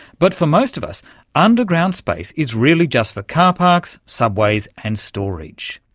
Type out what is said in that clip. but for most of us underground space is really just for carparks, subways and storage.